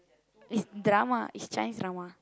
it's drama it's Chinese drama